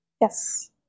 Yes